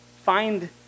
Find